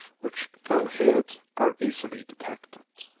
which though hid, are easily detected.